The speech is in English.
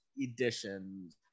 Editions